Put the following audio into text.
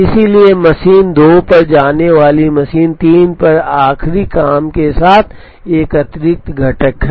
इसलिए मशीन 2 पर जाने वाली मशीन 3 पर आखिरी काम के साथ एक अतिरिक्त घटक है